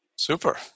Super